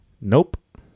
nope